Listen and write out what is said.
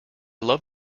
love